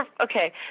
Okay